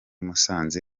musanze